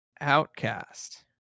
Outcast